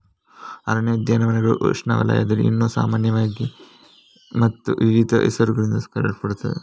ಅರಣ್ಯ ಉದ್ಯಾನಗಳು ಉಷ್ಣವಲಯದಲ್ಲಿ ಇನ್ನೂ ಸಾಮಾನ್ಯವಾಗಿದೆ ಮತ್ತು ವಿವಿಧ ಹೆಸರುಗಳಿಂದ ಕರೆಯಲ್ಪಡುತ್ತವೆ